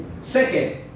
Second